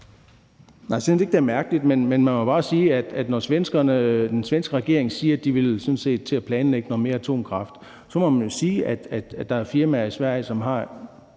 ikke, det er mærkeligt. Men når den svenske regering siger, at de sådan set vil til at planlægge noget mere atomkraft, så må man jo sige, at der er firmaer i Sverige, som kender